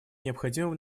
необходимым